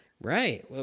Right